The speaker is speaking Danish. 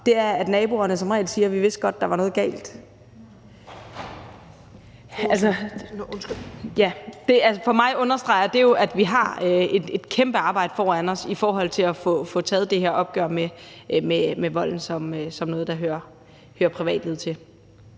er, at naboerne som regel siger: Vi vidste godt, at der var noget galt. For mig understreger det jo, at vi har et kæmpe arbejde foran os i forhold til at få taget det her opgør med volden som noget, der hører privatlivet til.